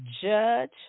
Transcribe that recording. judge